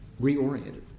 reoriented